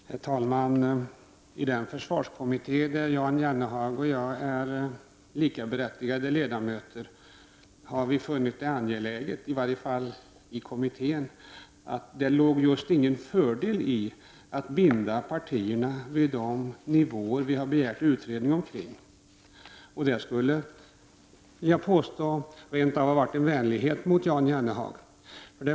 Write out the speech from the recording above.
Herr talman! I den försvarskommitté där Jan Jennehag och jag är likaberättigade ledamöter har vi funnit det angeläget, i varje fall i kommittén, att anse att det inte låg någon fördel i att binda partierna vid de nivåer vi har begärt utredning omkring. Jag skulle rent av vilja påstå att detta har varit en vänlighet mot Jan Jennehag.